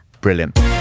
Brilliant